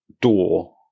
door